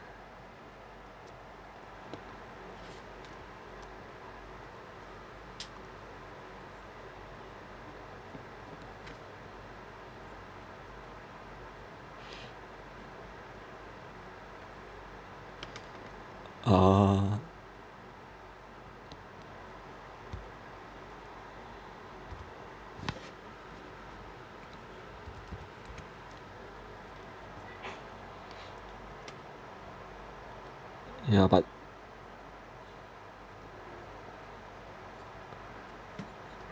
a'ah yeah but